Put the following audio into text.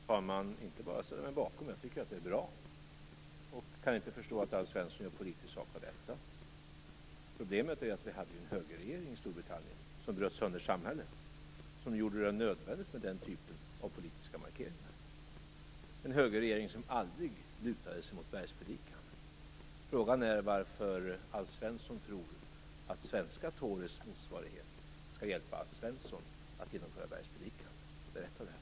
Fru talman! Jag ställer mig inte bara bakom det - jag tycker att det är bra. Jag kan inte förstå att Alf Svensson gör politisk sak av detta. Problemet är att Storbritannien hade en högerregering som bröt sönder samhället och som gjorde den här typen av politiska markeringar nödvändiga. Det var en högerregering som aldrig lutade sig mot bergspredikan. Frågan är varför Alf Svensson tror att Tories svenska motsvarighet skall hjälpa honom att genomföra bergspredikan. Berätta det!